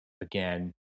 again